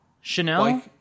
chanel